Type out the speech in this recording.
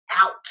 out